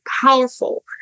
powerful